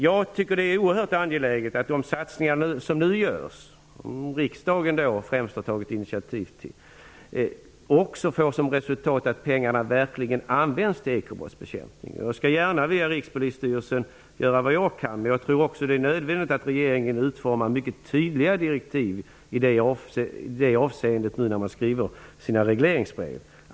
Jag tycker att det är oerhört angeläget att de satsningar som nu görs, som främst riksdagen har tagit initiativ till, också får som resultat att pengarna verkligen används till ekobrottsbekämpning. Jag skall gärna via Rikspolisstyrelsen göra vad jag kan. Men jag tror också att det är nödvändigt att regeringen utformar mycket tydliga direktiv i det avseendet när man skriver sina regleringsbrev.